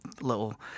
little